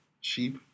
sheep